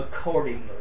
accordingly